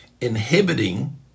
inhibiting